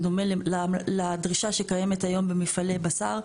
בדומה לדרישה שקיימת היום במפעלי בשר,